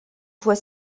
voie